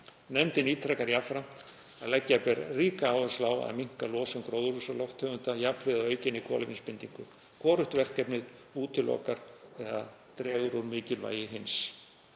Nefndin ítrekar jafnframt að leggja ber ríka áherslu á að minnka losun gróðurhúsalofttegunda jafnhliða aukinni kolefnisbindingu. Hvorugt verkefnið útilokar eða dregur úr mikilvægi hins.